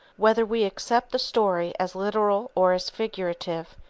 whether we accept the story as literal or as figurative,